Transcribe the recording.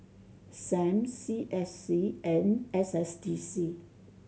S A M C S C and S S D C